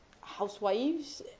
housewives